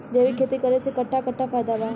जैविक खेती करे से कट्ठा कट्ठा फायदा बा?